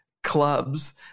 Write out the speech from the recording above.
Clubs